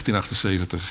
1978